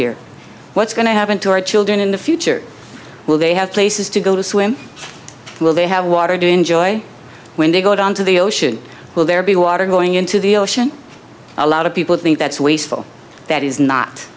here what's going to happen to our children in the future will they have places to go to swim will they have water to enjoy when they go down to the ocean will there be water going into the ocean a lot of people think that's wasteful that is not